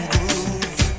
Groove